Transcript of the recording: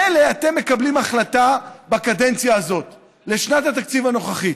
מילא אתם מקבלים החלטה בקדנציה הזאת לשנת התקציב הנוכחית.